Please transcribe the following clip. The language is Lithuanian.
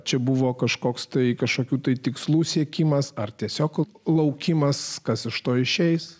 čia buvo kažkoks tai kažkokių tai tikslų siekimas ar tiesiog laukimas kas iš to išeis